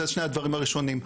זה שני הדברים הראשונים.